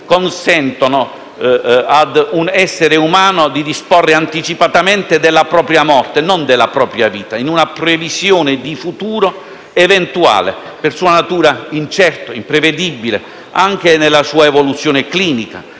consentono a un essere umano di disporre anticipatamente della propria morte, non della propria vita, in previsione di un futuro eventuale, per sua natura incerto e imprevedibile nella sua evoluzione clinica,